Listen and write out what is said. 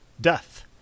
death